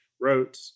wrote